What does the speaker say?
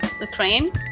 Ukraine